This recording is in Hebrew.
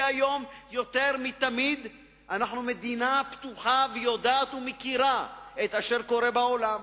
כי היום יותר מתמיד אנחנו מדינה פתוחה ויודעת ומכירה את אשר קורה בעולם.